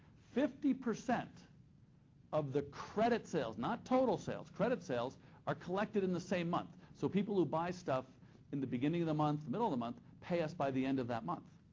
fifty percent of the credit sales, not total sales, credit sales are collected in the same month. so people who buy stuff in the beginning of the month, middle of the month, pay us by the end of that month.